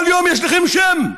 כל יום יש לכם שם.